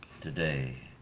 today